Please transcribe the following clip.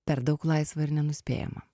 per daug laisva ir nenuspėjama